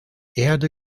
erde